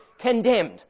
condemned